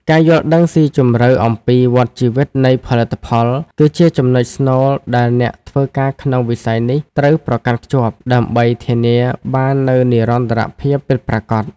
ការយល់ដឹងស៊ីជម្រៅអំពីវដ្ដជីវិតនៃផលិតផល គឺជាចំណុចស្នូលដែលអ្នកធ្វើការក្នុងវិស័យនេះត្រូវប្រកាន់ខ្ជាប់ ដើម្បីធានាបាននូវនិរន្តរភាពពិតប្រាកដ។